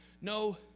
no